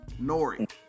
Nori